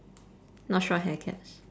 not short hair cats